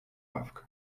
ławkę